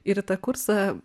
ir į tą kursą